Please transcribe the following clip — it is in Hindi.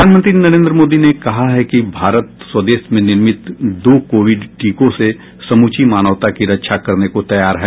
प्रधानमंत्री नरेन्द्र मोदी ने कहा है कि भारत स्वदेश में निर्मित दो कोविड टीकों से समूची मानवता की रक्षा करने को तैयार है